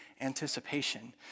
anticipation